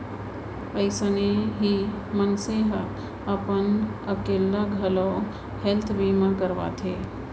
अइसने ही मनसे ह अपन अकेल्ला घलौ हेल्थ बीमा करवाथे